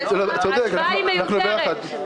ההשוואה מיותרת.